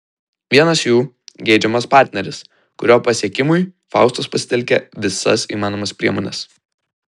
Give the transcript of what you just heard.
vienas jų geidžiamas partneris kurio pasiekimui faustos pasitelkia visas įmanomas priemones